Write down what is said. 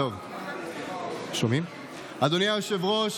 נעבור לנושא